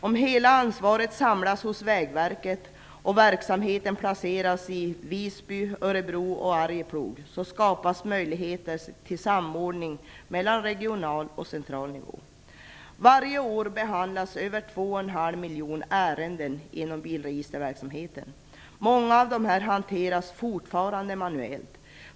Om hela ansvaret samlas hos Vägverket och verksamheten placeras i Visby, Örebro och Arjeplog skapas möjligheter till samordning mellan regional och central nivå. Varje år behandlas över två och en halv miljon ärenden inom bilregisterverksamheten. Många av dessa hanteras fortfarande manuellt.